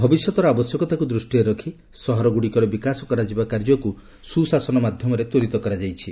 ଭବିଷ୍ୟତର ଆବଶ୍ୟକତ୍ତାରକୁ ଦୂଷ୍ଟିରେ ରଖି ସହରଗୁଡ଼ିକର ବିକାଶ କରାଯିବା କାର୍ଯ୍ୟକୁ ସୁଶାସନ ମାଧ୍ୟମରେ ତ୍ୱରିତ କରାଯାଇପାରିଛି